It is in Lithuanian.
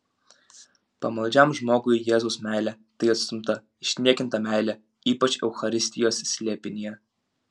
pamaldžiam žmogui jėzaus meilė tai atstumta išniekinta meilė ypač eucharistijos slėpinyje